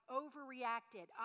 overreacted